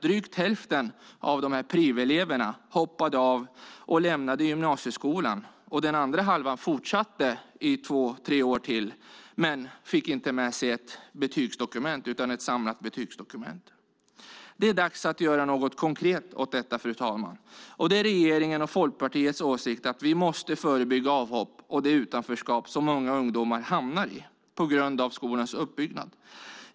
Drygt hälften av de här priveleverna hoppade av och lämnade gymnasieskolan, och den andra halvan fortsatte i två tre år till men fick inte med sig ett betygsdokument utan ett samlat betygsdokument. Det är dags att göra något konkret åt detta, fru talman. Det är regeringens och Folkpartiets åsikt att vi måste förebygga avhopp och det utanförskap som många ungdomar hamnar i på grund av skolans uppbyggnad.